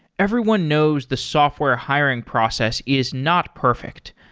everyone knows the software hiring process is not perfect.